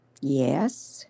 Yes